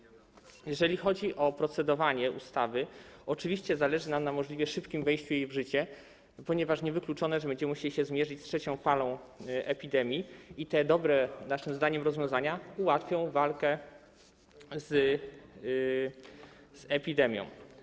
Jeżeli chodzi o procedowanie nad ustawą, oczywiście zależy nam na możliwie szybkim wejściu jej w życie, ponieważ niewykluczone, że będziemy musieli się zmierzyć z trzecią falą epidemii, a te dobre naszym zdaniem rozwiązania ułatwią walkę z epidemią.